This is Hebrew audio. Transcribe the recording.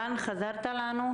רן מלמד, האם חזרת אלינו?